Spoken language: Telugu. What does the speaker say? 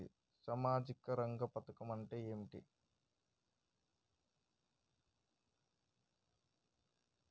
సామాజిక రంగ పథకం అంటే ఏంటిది?